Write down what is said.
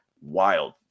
wild